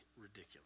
ridiculous